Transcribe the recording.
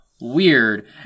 weird